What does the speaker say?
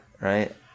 right